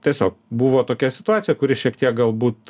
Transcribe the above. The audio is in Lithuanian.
tiesiog buvo tokia situacija kuri šiek tiek galbūt